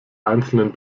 einzelnen